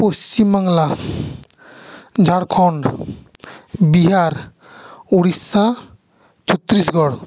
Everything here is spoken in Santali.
ᱯᱚᱪᱷᱤᱢ ᱵᱟᱝᱞᱟ ᱡᱷᱟᱲᱠᱷᱚᱸᱰ ᱵᱤᱦᱟᱨ ᱳᱰᱤᱥᱟ ᱪᱷᱚᱛᱛᱨᱤᱥᱜᱚᱲ